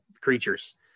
creatures